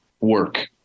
work